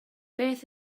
beth